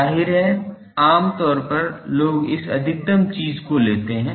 जाहिर है आम तौर पर लोग इस अधिकतम चीज को लेते हैं